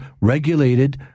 regulated